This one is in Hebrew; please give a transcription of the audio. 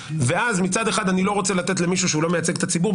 ואז מצד אחד אני לא רוצה לתת למישהו שהוא לא מייצג את הציבור,